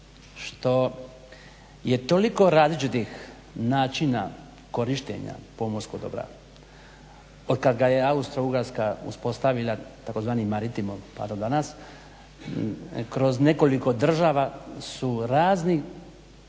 što je toliko različitih načina korištenja pomorskog dobra od kad ga je Austro-Ugarska uspostavila takozvanim maritimom pa do danas, kroz nekoliko država su razni